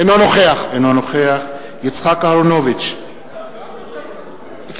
אינו נוכח יצחק אהרונוביץ,